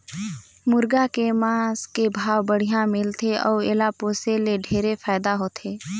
मुरगा के मांस के भाव बड़िहा मिलथे अउ एला पोसे ले ढेरे फायदा होथे